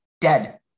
Dead